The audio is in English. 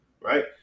right